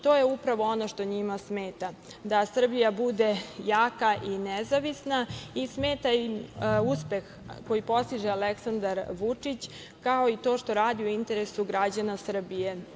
To je upravo ono što njima smeta, da Srbija bude jaka i nezavisna i smeta im uspeh koji postiže Aleksandar Vučić, kao i to što radi u interesu građana Srbije.